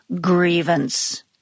grievance